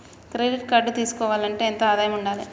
Credit card తీసుకోవాలంటే ఎంత ఆదాయం ఉండాలే?